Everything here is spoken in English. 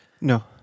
No